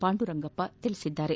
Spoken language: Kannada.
ಪಾಂದುರಂಗಪ್ಪ ತಿಳಿಸಿದ್ದಾರೆ